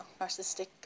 narcissistic